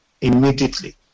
immediately